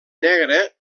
negre